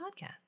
podcast